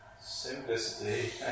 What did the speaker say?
Simplicity